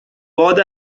باد